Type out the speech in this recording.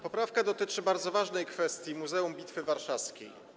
Poprawka dotyczy bardzo ważnej kwestii - Muzeum Bitwy Warszawskiej.